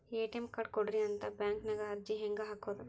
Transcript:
ATM card ಕೊಡ್ರಿ ಅಂತ ಬ್ಯಾಂಕ ನ್ಯಾಗ ಅರ್ಜಿ ಹೆಂಗ ಹಾಕೋದು?